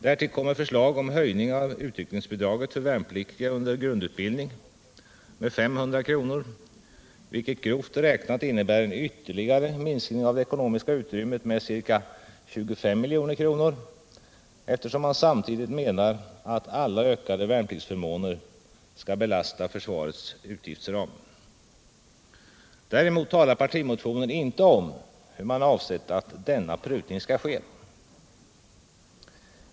Därtill kommer förslag om höjning av utryckningsbidraget för värnpliktiga under grundutbildning med 500 kr., vilket grovt räknat innebär en ytterligare minskning av det ekonomiska utrymmet med ca 25 milj.kr., eftersom man samtidigt menar att alla ökade värnpliktsförmåner skall belasta försvarets utgiftsram. Däremot talar partimotionen inte om hur man avsett att denna prutning skall ske.